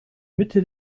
mitte